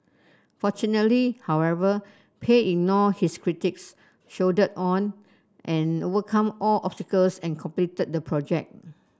fortunately however Pei ignored his critics soldiered on and overcome all obstacles and completed the project